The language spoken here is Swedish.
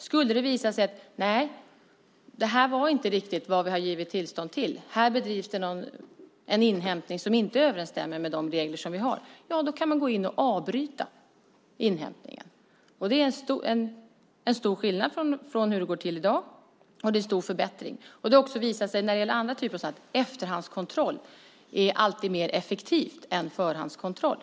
Skulle det visa sig att det inte riktigt är det man har gett tillstånd till och det bedrivs en inhämtning som inte överensstämmer med de regler som finns kan man gå in och avbryta inhämtningen. Det är stor skillnad mot hur det går till i dag, och det är en stor förbättring. Det har också visat sig i andra sammanhang att efterhandskontroll alltid är mer effektivt än förhandskontroll.